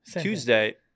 Tuesday